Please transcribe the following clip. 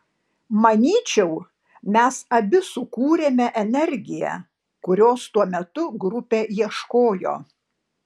manyčiau mes abi sukūrėme energiją kurios tuo metu grupė ieškojo